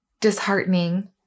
disheartening